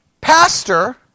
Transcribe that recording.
pastor